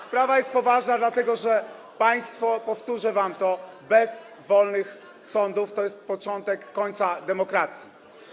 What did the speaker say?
Sprawa jest poważna, dlatego że państwo - powtórzę wam to - bez wolnych sądów to jest początek końca demokracji.